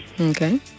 Okay